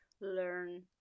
learn